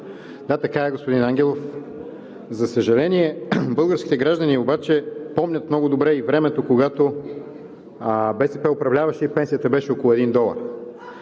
Да, така е, господин Ангелов. За съжаление, българските граждани обаче помнят много добре и времето, когато БСП управляваше и пенсията беше около един долар.